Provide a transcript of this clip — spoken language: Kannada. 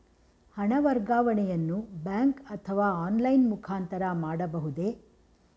ಹಣ ವರ್ಗಾವಣೆಯನ್ನು ಬ್ಯಾಂಕ್ ಅಥವಾ ಆನ್ಲೈನ್ ಮುಖಾಂತರ ಮಾಡಬಹುದೇ?